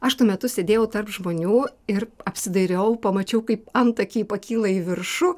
aš tuo metu sėdėjau tarp žmonių ir apsidairiau pamačiau kaip antakiai pakyla į viršų